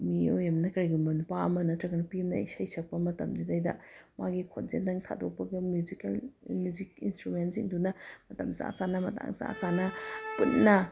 ꯃꯤꯑꯣꯏ ꯑꯃꯅ ꯀꯔꯤꯒꯨꯝꯕ ꯅꯨꯄꯥ ꯑꯃꯅ ꯅꯠꯇ꯭ꯔꯒ ꯅꯨꯄꯤ ꯑꯃꯅ ꯏꯁꯩ ꯁꯛꯄ ꯃꯇꯝꯁꯤꯗꯩꯗ ꯃꯣꯏꯒꯤ ꯈꯣꯟꯖꯦꯜꯇꯪ ꯊꯥꯗꯣꯛꯄꯒ ꯃ꯭ꯌꯨꯖꯤꯀꯦꯜ ꯃ꯭ꯌꯨꯖꯤꯛ ꯏꯟꯁꯇ꯭ꯔꯨꯃꯦꯟꯁꯤꯡꯗꯨꯅ ꯃꯇꯝ ꯆꯥ ꯆꯥꯅ ꯃꯇꯥꯡ ꯆꯥ ꯆꯥꯅ ꯄꯨꯟꯅ